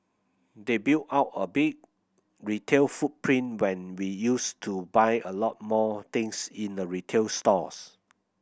they built out a big retail footprint when we used to buy a lot more things in the retail stores